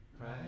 Right